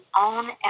own